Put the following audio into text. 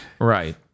Right